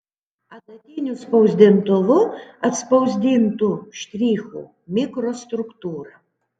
adatiniu spausdintuvu atspausdintų štrichų mikrostruktūra